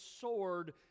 sword